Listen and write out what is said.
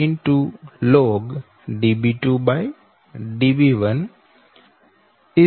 log 0